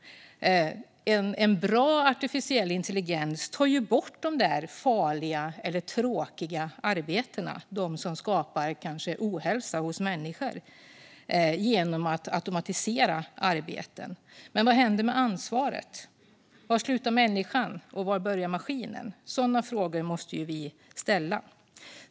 En bra artificiell intelligens tar bort farliga eller tråkiga arbeten, som kanske skapar ohälsa hos människor, genom att arbeten automatiseras. Men vad händer med ansvaret? Var slutar människan, och var börjar maskinen? Sådana frågor måste vi ställa.